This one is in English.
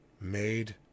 made